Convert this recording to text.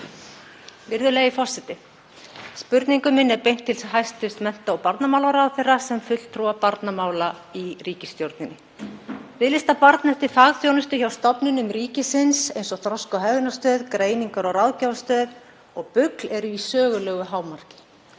Virðulegi forseti. Spurningu minni er beint til hæstv. mennta- og barnamálaráðherra sem fulltrúa barnamála í ríkisstjórninni. Biðlistar barna eftir fagþjónustu hjá stofnunum ríkisins eins og Þroska- og hegðunarstöð, Greiningar- og ráðgjafarstöð og BUGL eru í sögulegu hámarki.